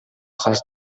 хас